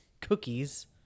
cookies